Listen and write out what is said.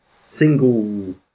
single